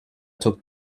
took